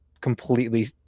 completely